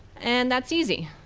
and that's easy.